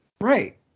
right